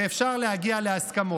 ואפשר להגיע להסכמות.